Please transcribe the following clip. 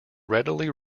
readily